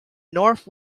north